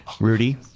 Rudy